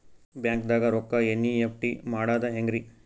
ಬ್ಯಾಂಕ್ದಾಗ ರೊಕ್ಕ ಎನ್.ಇ.ಎಫ್.ಟಿ ಮಾಡದ ಹೆಂಗ್ರಿ?